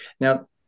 Now